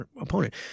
opponent